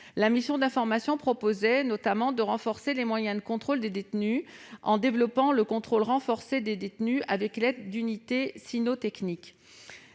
La mission d'information proposait notamment de renforcer les moyens de contrôle des détenus en développant un contrôle renforcé l'aide d'unités cynotechniques.